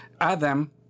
Adam